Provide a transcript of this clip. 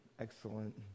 Excellent